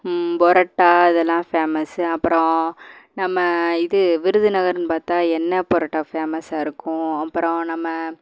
பரோட்டா இதெல்லாம் ஃபேமஸ்ஸு அப்புறம் நம்ம இது விருதுநகருன்னு பார்த்தா எண்ணெய் பரோட்டா ஃபேமஸ்ஸாக இருக்கும் அப்புறம் நம்ம